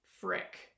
Frick